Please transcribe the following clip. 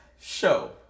show